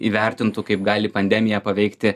įvertintų kaip gali pandemija paveikti